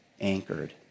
anchored